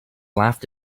laughed